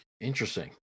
Interesting